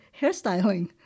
hairstyling